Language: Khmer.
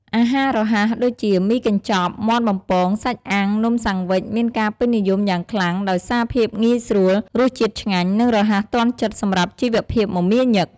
អាហាររហ័ស ដូចជា មីកញ្ចប់ មាន់បំពង សាច់អាំង នំសាំងវិច មានការពេញនិយមយ៉ាងខ្លាំងដោយសារភាពងាយស្រួល រសជាតិឆ្ងាញ់ និងរហ័សទាន់ចិត្តសម្រាប់ជីវភាពមមាញឹក។